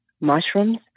mushrooms